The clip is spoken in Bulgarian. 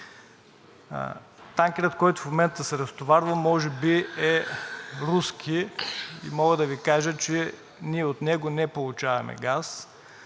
Танкерът, който в момента се разтоварва, може би е руски и мога да Ви кажа, че ние от него не получаваме газ.